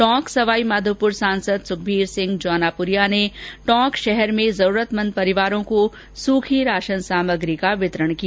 टोंक सवाईमाधोपुर सांसद सुखवीर सिंह जौनापुरिया ने टोंक शहर में जरूरतमंद परिवारों को सूखी राशन सामग्री का वितरण किया